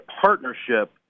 partnership